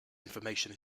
information